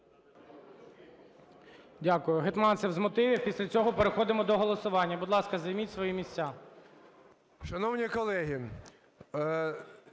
Дякую. Гетманцев – з мотивів. Після цього переходимо до голосування. Будь ласка, займіть свої місця.